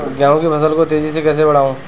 गेहूँ की फसल को तेजी से कैसे बढ़ाऊँ?